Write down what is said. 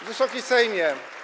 Wysoki Sejmie!